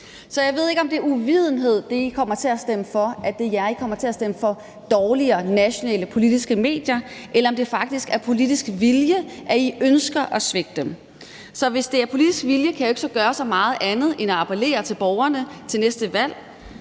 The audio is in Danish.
Jeg ved ikke, om det er uvidenhed, som gør, at I kommer til at stemme for dårligere nationale politiske medier, eller om det faktisk bunder i politisk vilje, og at I ønsker at svække dem. Hvis det bunder i politisk vilje, kan jeg jo ikke gøre så meget andet end at appellere til borgerne til næste valg,